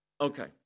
Okay